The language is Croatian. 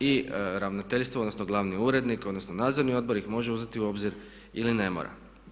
I Ravnateljstvo, odnosno glavni urednik, odnosno Nadzorni odbor ih može uzeti u obzir ili ne mora.